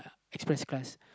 express class